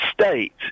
state